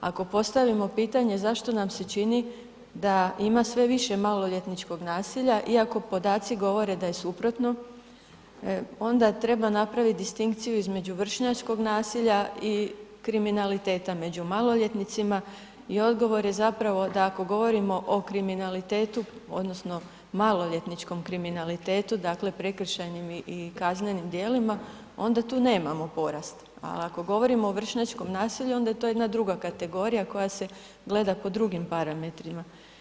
Ako postavimo pitanje zašto nam se čini da ima sve više maloljetničkog nasilja iako podaci govore da je suprotno, onda treba napraviti distinkciju između vršnjačkog nacilja i kriminaliteta među maloljetnicima i odgovor je da ako zapravo govorimo o kriminalitetu odnosno maloljetničkom kriminalitetu, dakle prekršajnim i kaznenim djelima, onda tu nema porast a ako govorimo o vršnjačkom nasilju onda je to jedna druga kategorija koja se gleda po drugim parametrima.